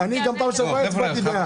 אני גם בפעם שעברה הצבעתי בעד.